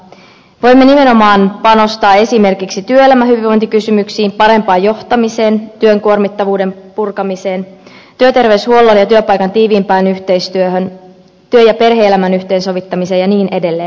voimme nimenomaan panostaa esimerkiksi työelämähyvinvointikysymyksiin parempaan johtamiseen työn kuormittavuuden purkamiseen työterveyshuollon ja työpaikan tiiviimpään yhteistyöhön työ ja perhe elämän yhteensovittamiseen ja niin edelleen